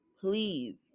please